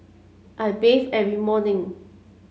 I bathe every morning